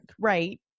Right